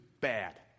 bad